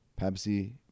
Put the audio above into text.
Pepsi